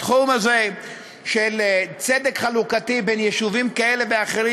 בתחום הזה של צדק חלוקתי בין יישובים כאלה ואחרים,